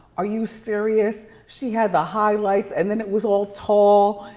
are you serious? she had the highlights and then it was all tall.